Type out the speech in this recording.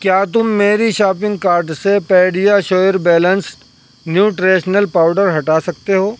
کیا تم میری شاپنگ کارٹ سے PediaSure balanced nutritional powder ہٹا سکتے ہو